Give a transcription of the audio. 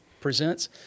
presents